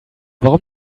warum